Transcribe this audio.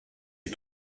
les